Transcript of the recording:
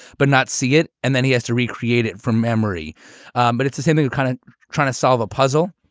but not see it. and then he has to recreate it from memory um but it's the same thing, and kind of trying to solve a puzzle.